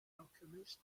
alchemist